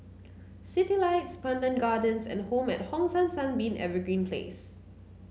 Citylights Pandan Gardens and Home at Hong San Sunbeam Evergreen Place